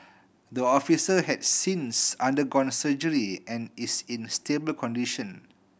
the officer has since undergone surgery and is in stable condition